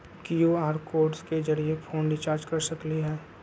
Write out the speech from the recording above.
QR code के जरिय phone recharge कर सकली ह?